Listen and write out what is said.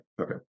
Okay